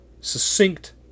succinct